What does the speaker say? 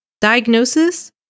Diagnosis